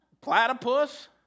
platypus